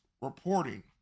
reporting